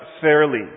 fairly